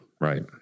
Right